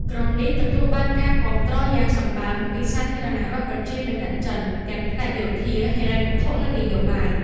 ក្រុមនេះទទួលបានការគាំទ្រយ៉ាងសម្បើមពីសាធារណរដ្ឋប្រជាមានិតចិន ទាំងផ្នែកយោធា ហិរញ្ញវត្ថុ និងនយោបាយ។